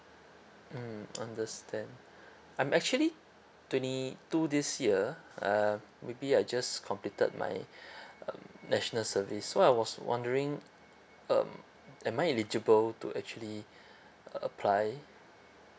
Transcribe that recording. mm understand I'm actually twenty two this year uh maybe I just completed my um national service so I was wondering um am I eligible to actually apply